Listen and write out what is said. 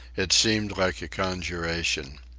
it seemed like a conjuration.